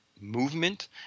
movement